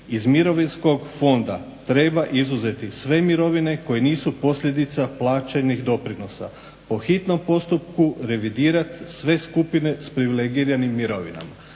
"Iz Mirovinskog fonda treba izuzeti sve mirovine koje nisu posljedica plaćenih doprinosa. Po hitnom postupku revidirati sve skupine s privilegiranim mirovinama".